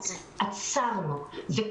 עכשיו זה לא קורה.